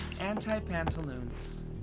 Anti-Pantaloons